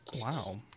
Wow